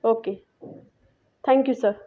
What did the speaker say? okay thank you sir